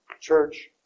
church